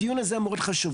הדיון הזה מאוד חשוב,